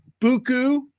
buku